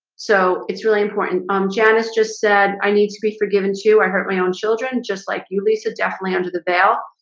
so it's really important um, janice just said i need to be forgiven too. i hurt my own children just like you lisa definitely under the veil.